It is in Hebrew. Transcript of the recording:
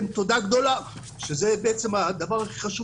תודה גדולה שזה בעצם הדבר הכי חשוב